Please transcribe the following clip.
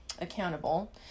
accountable